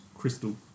Crystal